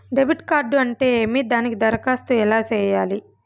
debit card అంటే ఏమి దానికి దరఖాస్తు ఎలా సేయాలి